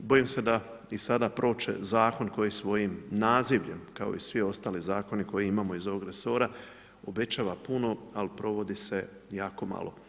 Bojim se da i sada proći će zakon koji svojim nazivljem kao i svi ostali zakoni koje imamo iz ovog resora obećava puno ali provodi se jako malo.